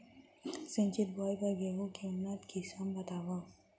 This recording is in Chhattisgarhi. सिंचित बोआई बर गेहूँ के उन्नत किसिम बतावव?